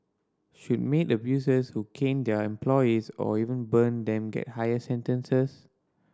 should maid abusers who cane their employees or even burn them get higher sentences